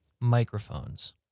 microphones